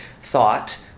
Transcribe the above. thought